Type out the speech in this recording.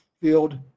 field